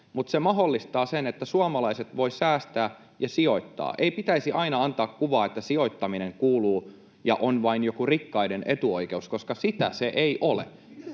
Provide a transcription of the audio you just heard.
mutta se mahdollistaa sen, että suomalaiset voivat säästää ja sijoittaa. Ei pitäisi aina antaa kuvaa, että sijoittaminen kuuluu ja on vain joku rikkaiden etuoikeus, koska sitä se ei ole.